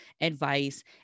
advice